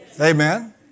Amen